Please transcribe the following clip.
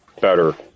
better